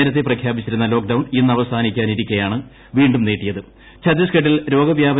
നേരത്തെ പ്രഖ്യാപിച്ചിരുന്ന ലോക്ഡൌൺ ഇന്ന് അവസാനിക്കാനിരിക്കെ ആണ് വീണ്ടും ഛത്തീസ്ഗഡ്ഢിൽ നീട്ടിയത്